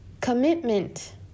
Commitment